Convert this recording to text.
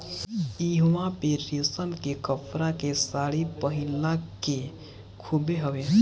इहवां पे रेशम के कपड़ा के सारी पहिनला के खूबे हवे